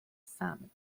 salmon